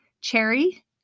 cherry